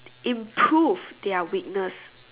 improve their weakness